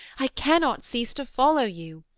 i cannot cease to follow you,